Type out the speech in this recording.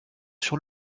sur